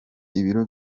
ibiro